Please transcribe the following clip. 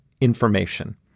information